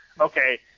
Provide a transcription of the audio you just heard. okay